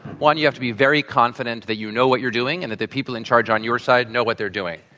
one, you have to be very confident that you know what you're doing and that the people in charge on your side know what they're doing.